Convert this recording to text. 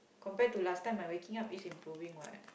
compare to last time my waking up is improving what